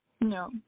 No